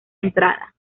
entrada